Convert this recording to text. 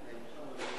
מה הבעיה?